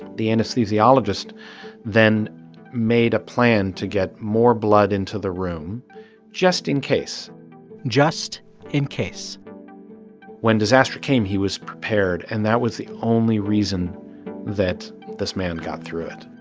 the anesthesiologist then made a plan to get more blood into the room just in case just in case when disaster came, he was prepared. and that was the only reason that this man got through it